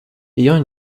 ayant